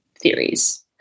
theories